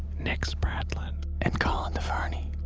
nick spradlin and colin devarney.